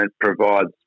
provides